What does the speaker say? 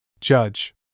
Judge